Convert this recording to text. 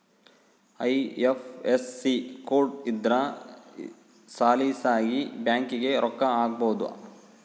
IFSC code ಇದ್ರ ಸಲೀಸಾಗಿ ಬ್ಯಾಂಕಿಗೆ ರೊಕ್ಕ ಹಾಕ್ಬೊದು